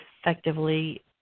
effectively